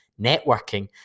networking